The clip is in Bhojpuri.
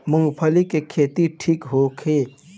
मूँगफली के खेती ठीक होखे?